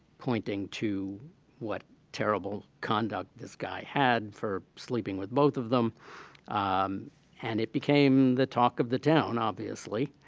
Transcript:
pointing to what terrible conduct this guy had for sleeping with both of them um and it became the talk of the town obviously.